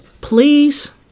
Please